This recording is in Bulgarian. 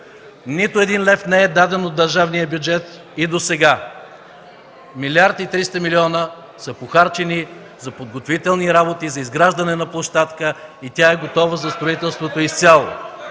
Нито един лев не е даден от държавния бюджет и досега един милиард и 300 милиона са похарчени за подготвителни работи, за изграждане на площадка и тя е готова за строителството изцяло.